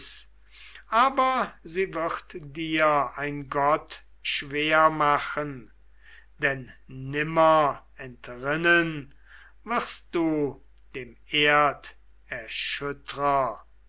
aber sie wird dir ein gott schwer machen denn nimmer entrinnen wirst du dem